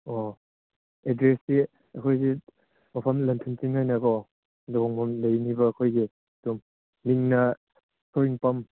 ꯑꯣ ꯑꯦꯗ꯭ꯔꯦꯁꯇꯤ ꯑꯩꯈꯣꯏꯒꯤ ꯃꯐꯝ ꯂꯟꯊꯨꯟ ꯆꯤꯡ ꯍꯥꯏꯅꯀꯣ ꯂꯨꯍꯣꯡꯐꯝ ꯂꯩꯅꯤꯕ ꯑꯩꯈꯣꯏꯒꯤ ꯑꯗꯨꯝ ꯃꯤꯡꯅ ꯊꯨꯔꯤꯡꯄꯝ